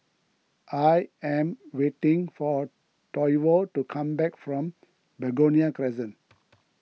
I am waiting for Toivo to come back from Begonia Crescent